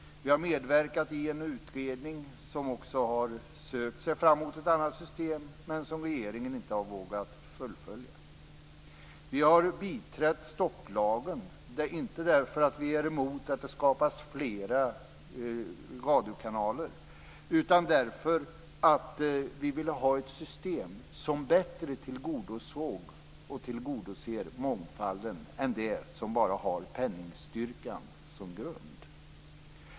Vi har medverkat i en utredning som har sökt sig fram mot ett annat system, något som regeringen dock inte har vågat fullfölja. Vi har biträtt stopplagen - inte därför att vi är emot att det skapas fler radiokanaler, utan därför att vi vill ha ett system som bättre tillgodoser mångfalden än det som bara har penningstyrkan som grund.